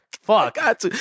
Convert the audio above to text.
Fuck